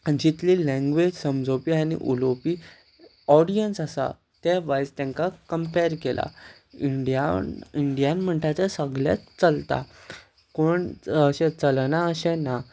जितली लॅंग्वेज समजोवपी आनी उलोवपी ऑडियन्स आसा त्या वायज तांकां कम्पेर केला इंडिया इंडियान म्हणटा तें सगळेंच चलता कोण अशें चलना अशें ना